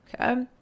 Okay